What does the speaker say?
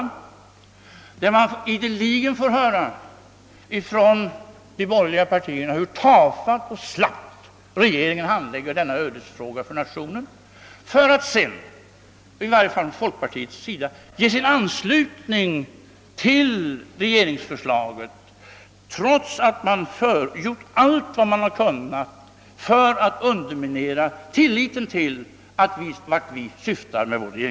Men där fick man från de borgerliga partierna, i varje fall folkpartiet, ideligen höra, hur tafatt och slappt regeringen handlade denna ödesfråga för nationen, varefter de gav sin anslutning till regeringsförslaget, trots att de förut hade gjort allt de kunnat för att underminera tilliten till det vi syftade med vårt förslag.